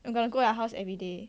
I'm gonna go your house everyday